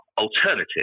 alternative